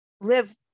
live